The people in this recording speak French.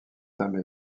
tam